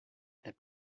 that